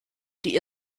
die